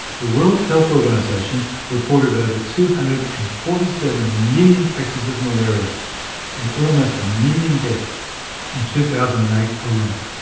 the world health organisation reported over two hundred and forty seven million cases of malaria and almost a million deaths in two thousand and eight alone.